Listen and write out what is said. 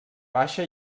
baixa